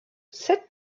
sept